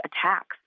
attacks